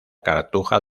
cartuja